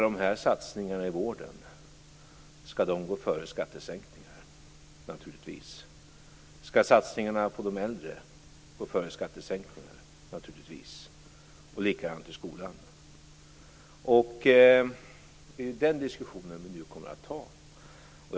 Skall dessa satsningar i vården gå före skattesänkningar? Det skall de naturligtvis. Skall satsningarna på de äldre gå före skattesänkningar? Det skall de naturligtvis. Likadant är det med skolan. Det är den diskussionen vi nu kommer att ta.